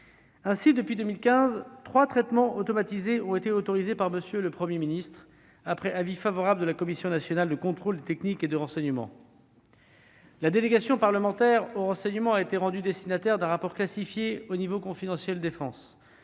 Ainsi, depuis 2015, trois traitements automatisés ont été autorisés par M. le Premier ministre, après un avis favorable de la Commission nationale de contrôle des techniques de renseignement. La délégation parlementaire au renseignement a été rendue destinataire d'un rapport classifié au niveau « confidentiel défense